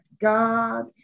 God